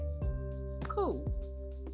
cool